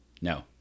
No